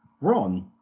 Ron